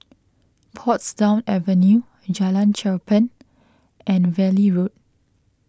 Portsdown Avenue Jalan Cherpen and Valley Road